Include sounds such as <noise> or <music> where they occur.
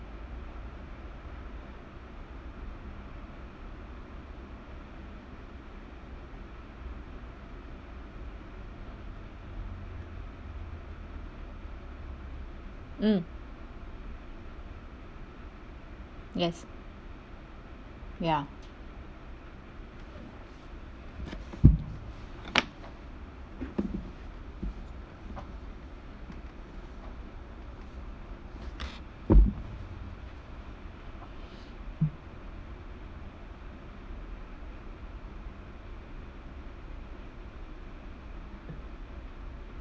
mm yes ya <breath>